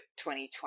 2020